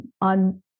on